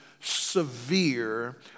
severe